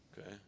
Okay